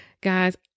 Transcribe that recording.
guys